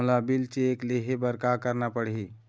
मोला bill check ले हे बर का करना पड़ही ही?